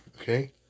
Okay